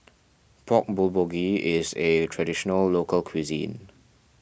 Pork Bulgogi is a Traditional Local Cuisine